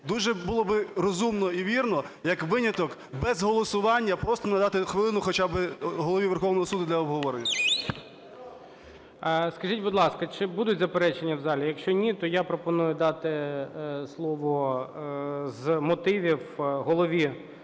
дуже було би розумно і вірно як виняток без голосування, просто надати хвилину хоча би Голові Верховного Суду для обговорення. ГОЛОВУЮЧИЙ. Скажіть, будь ласка, чи будуть заперечення в залі? Якщо ні, то я пропоную дати слово з мотивів Голові